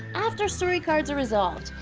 after story cards are resolved,